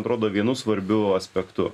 atrodo vienu svarbiu aspektu